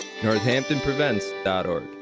NorthamptonPrevents.org